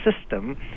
system